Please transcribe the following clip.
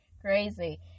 crazy